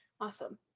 awesome